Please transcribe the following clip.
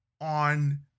on